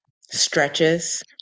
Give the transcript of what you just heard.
stretches